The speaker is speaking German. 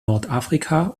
nordafrika